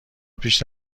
پیش